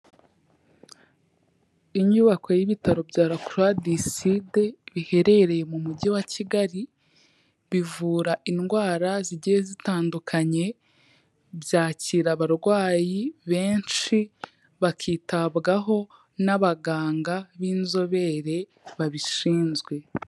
Inyubako y'ibitaro bya La Croix du Sud, biherereye mu mujyi wa Kigali bivura indwara zigiye zitandukanye, byakira abarwayi benshi bakitabwaho n'abaganga b'inzobere babishinzwe.